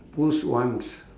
push once